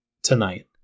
tonight